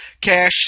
Cash